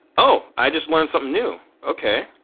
oh, i just learned something new, okay.